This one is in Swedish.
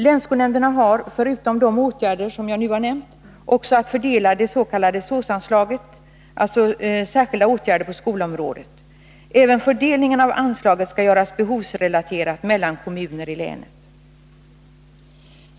Länsskolnämnderna har, förutom att vidta de åtgärder som jag nu har nämnt, att fördela det s.k. SÅS-anslaget, dvs. anslaget till särskilda åtgärder på skolområdet. Även fördelningen av detta anslag skall göras behovsrelaterat mellan kommuner i länet.